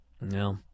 No